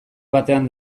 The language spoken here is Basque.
batean